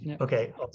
Okay